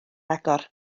agor